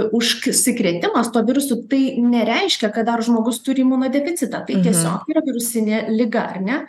užsikrėtimas tuo virusu tai nereiškia kad dar žmogus turi imunodeficitą tai tiesiog yra virusinė liga ar ne